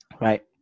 Right